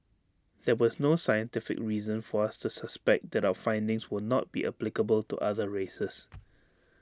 there was no scientific reason for us to suspect that our findings will not be applicable to other races